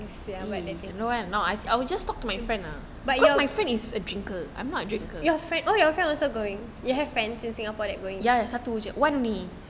sia but you're your friend oh your friend also going you have friends in singapore that going